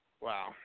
Wow